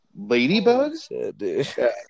Ladybugs